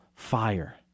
fire